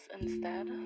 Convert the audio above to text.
instead